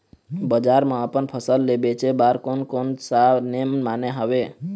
बजार मा अपन फसल ले बेचे बार कोन कौन सा नेम माने हवे?